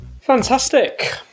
Fantastic